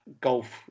golf